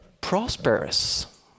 prosperous